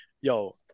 Yo